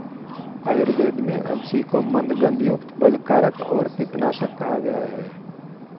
आयुर्वेद में अलसी को मन्दगंधयुक्त, बलकारक और पित्तनाशक कहा गया है